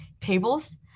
tables